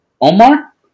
Omar